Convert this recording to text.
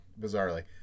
bizarrely